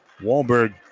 Wahlberg